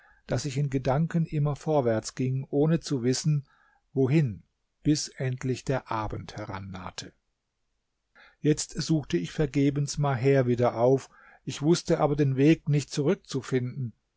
daß ich in gedanken immer vorwärts ging ohne zu wissen wohin bis endlich der abend herannahte jetzt suchte ich vergebens maher wieder auf ich wußte aber den weg nicht zurückzufinden